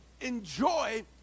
enjoy